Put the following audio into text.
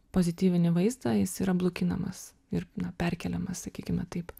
pozityvinį vaizdą jis yra blukinamas ir na perkeliamas sakykime taip